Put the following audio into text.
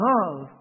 Love